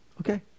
Okay